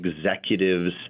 executive's